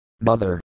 mother